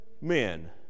men